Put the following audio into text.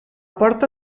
porta